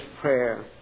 prayer